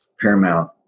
paramount